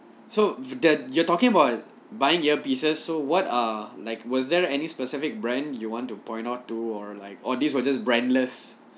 so that you're talking about buying ear pieces so what are like was there any specific brand you want to point out to or like or this will just brandless